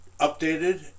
updated